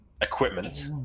equipment